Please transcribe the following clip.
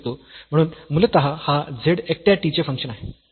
म्हणून मूलतः हा z एकट्या t चे फंक्शन आहे